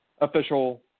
official